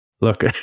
Look